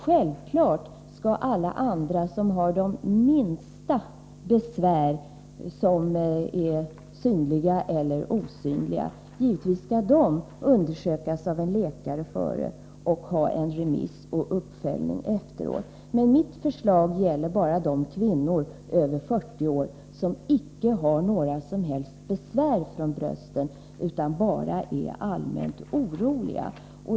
Självfallet skall alla andra som har de minsta besvär, synliga eller osynliga, undersökas av en läkare först och få en remiss och en uppföljning efteråt. Mitt förslag gäller bara de kvinnor över 40 år som icke har några som helst besvär utan bara är allmänt oroliga.